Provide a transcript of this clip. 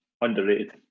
Underrated